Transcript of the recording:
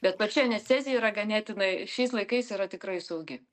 bet pačia anestezija yra ganėtinai šiais laikais yra tikrai saugi